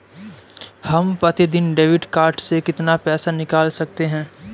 हम प्रतिदिन debit card से कितना पैसा निकाल सकते हैं?